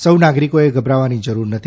સૌ નાગરિકોએ ગભરાવવાની જરૂર નથી